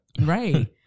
Right